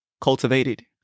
cultivated